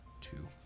two